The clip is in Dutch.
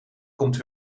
komt